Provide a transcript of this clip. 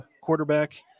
quarterback